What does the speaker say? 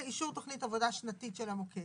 אישור תוכנית עבודה שנתית של המוקד.